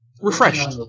Refreshed